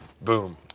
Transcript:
Boom